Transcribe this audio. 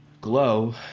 glow